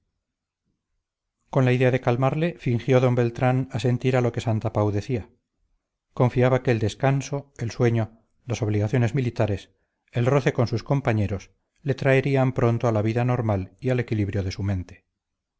con la idea de calmarle fingió d beltrán asentir a lo que santapau decía confiaba que el descanso el sueño las obligaciones militares el roce con sus compañeros le traerían pronto a la vida normal y al equilibrio de su mente